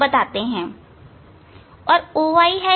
और OI v है